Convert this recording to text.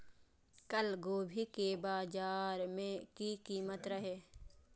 कल गोभी के बाजार में की कीमत रहे?